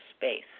space